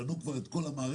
ובנו כבר את כל המערכת,